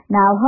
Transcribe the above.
Now